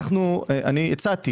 אני הצעתי